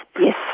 Yes